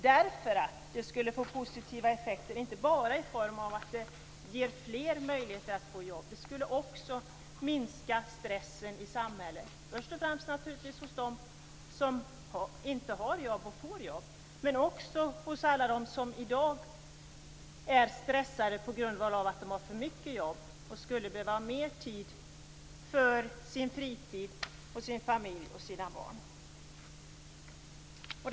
Det skulle få positiva effekter, inte bara i form av fler arbetstillfällen utan det skulle också minska stressen i samhället, i första hand hos dem som inte har jobb men också hos alla dem som i dag är stressade på grund av att de har för mycket arbete och skulle vilja ha mer fritid och mer tid för sin familj och sina barn.